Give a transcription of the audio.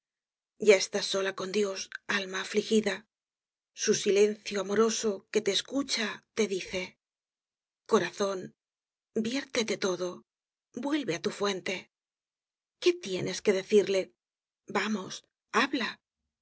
ya estás sola con dios alma afligida su silencio amoroso que te escucha te dice corazón viértete todo vuelve á tu fuente qué tienes que decirle vamos habla